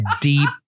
deep